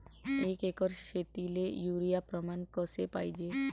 एक एकर शेतीले युरिया प्रमान कसे पाहिजे?